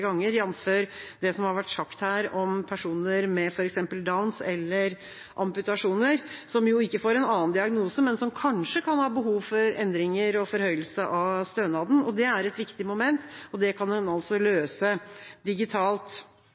ganger, jf. det som har vært sagt her om personer med f.eks. Downs syndrom eller amputasjoner som ikke får en annen diagnose, men som kanskje kan ha behov for endringer og forhøyelse av stønaden. Det er et viktig moment, og det kan en altså løse digitalt.